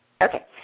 Okay